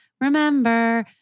remember